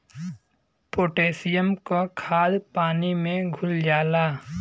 potassium क खाद पानी में घुल जाला